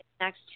next